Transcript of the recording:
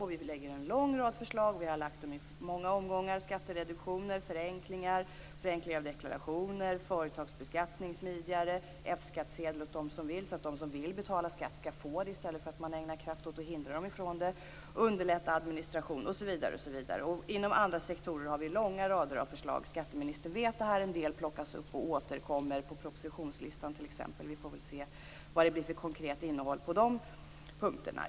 Vi har lagt fram en lång rad förslag i många omgångar: skattereduktioner, förenklingar, förenklingar av deklarationer, smidigare företagsbeskattning, F-skattsedel åt dem som vill så att de som vill betala skatt skall få det i stället för att man att ägnar kraft åt att hindra dem från det, underlättad administration osv. Även inom andra sektorer har vi långa rader av förslag. Skatteministern vet det här. En del plockas upp och återkommer t.ex. på propositionslistan. Vi får väl se vad det blir för konkret innehåll på de punkterna.